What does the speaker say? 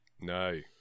No